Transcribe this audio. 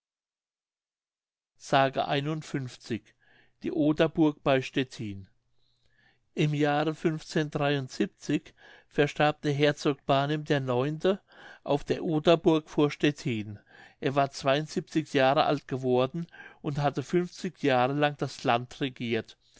die oderburg bei stettin in dem jahre ver starb der herzog barnim ix auf der oderburg vor stettin er war jahre alt geworden und hatte jahre lang das land regiert